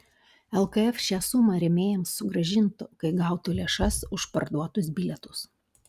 lkf šią sumą rėmėjams sugrąžintų kai gautų lėšas už parduotus bilietus